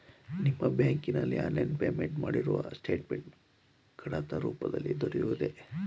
ನಿಮ್ಮ ಬ್ಯಾಂಕಿನಲ್ಲಿ online payment ಮಾಡಿರುವ ಸ್ಟೇಟ್ಮೆಂಟ್ ಕಡತ ರೂಪದಲ್ಲಿ ದೊರೆಯುವುದೇ?